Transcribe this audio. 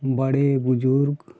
बड़े बुजुर्ग